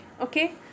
okay